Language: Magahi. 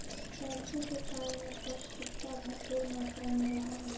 सरसों के साग में पौष्टिकता भरपुर मात्रा में रहा हई